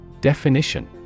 Definition